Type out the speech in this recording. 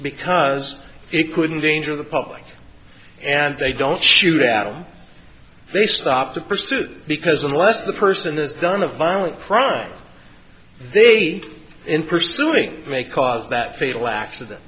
because it couldn't danger the public and they don't shoot at all they stop the pursuit because unless the person has done a violent crime they in pursuing may cause that fatal accident